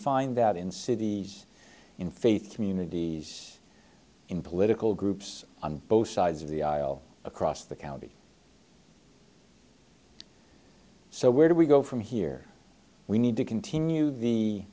find out in cities in faith communities in political groups on both sides of the aisle across the county so where do we go from here we need to continue the